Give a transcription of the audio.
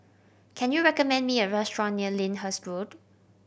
can you recommend me a restaurant near Lyndhurst Road